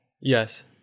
Yes